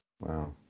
Wow